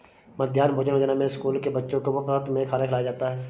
मध्याह्न भोजन योजना में स्कूल के बच्चों को मुफत में खाना खिलाया जाता है